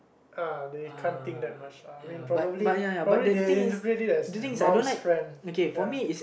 uh they can't think that much lah I mean probably probably they interpret as mum's friend ya